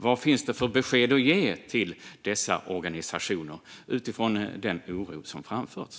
Vad finns det för besked att ge till dessa organisationer utifrån den oro som framförts?